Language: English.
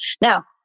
now